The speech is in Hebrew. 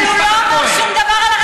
אבל הוא לא אמר שום דבר על,